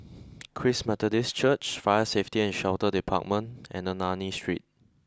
Christ Methodist Church Fire Safety and Shelter Department and Ernani Street